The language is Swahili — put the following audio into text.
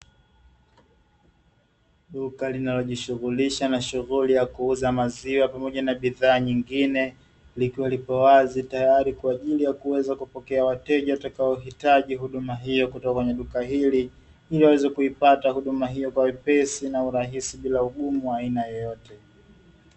Duka linalojishughulisha na shughuli ya kuuza wa maziwa pamoja na bidhaa nyingine, likiwa lipo wazi tayari kwa ajili ya kuweza kupokea wateja watakao hitaji huduma hiyo kutoka kwenye duka hili, ili waweze kuipata huduma hiyo kwa wepesi na urahisi bila ugumu wowote.